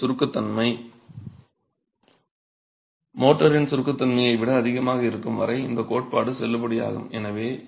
யூனிட்டின் சுருக்கத்தன்மை மோர்டாரின் சுருக்கத்தன்மையை விட அதிகமாக இருக்கும் வரை இந்த கோட்பாடு செல்லுபடியாகும்